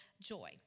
joy